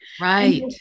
right